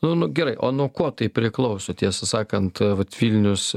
nu nu gerai o nuo ko tai priklauso tiesą sakant vat vilnius